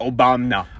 Obama